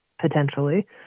potentially